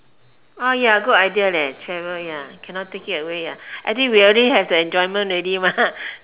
oh ya good idea leh travel ya cannot take it away ya actually we already have the enjoyment already mah